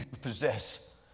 possess